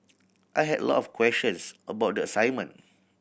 I had a lot of questions about the assignment